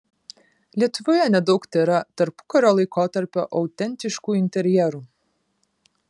lietuvoje nedaug tėra tarpukario laikotarpio autentiškų interjerų